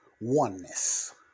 oneness